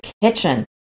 kitchen